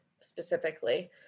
specifically